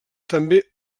també